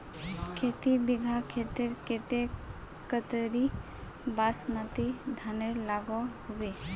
खेती बिगहा खेतेर केते कतेरी बासमती धानेर लागोहो होबे?